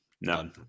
None